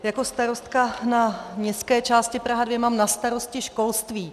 Jako starostka na městské části Praha 2 mám na starosti školství.